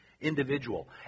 individual